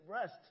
rest